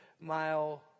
mile